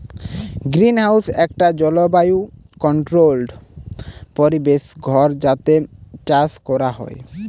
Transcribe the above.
greenhouse একটা জলবায়ু controlled পরিবেশ ঘর যাতে চাষ কোরা হয়